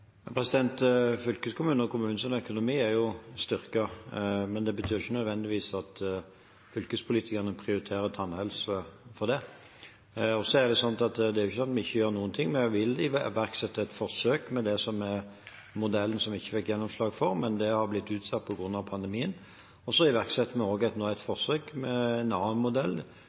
og kommunenes økonomi er jo styrket, men det betyr ikke nødvendigvis at fylkespolitikerne prioriterer tannhelse for det. Det er ikke sånn at vi ikke gjør noen ting. Vi vil iverksette et forsøk med det som er modellen vi ikke fikk gjennomslag for, men det har blitt utsatt på grunn av pandemien. Så iverksetter vi også nå et forsøk med